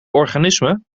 organismen